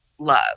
love